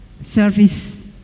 service